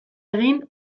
egin